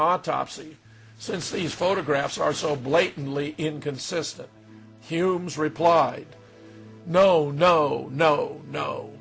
autopsy since these photographs are so blatantly inconsistent humes replied no no no no